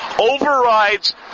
overrides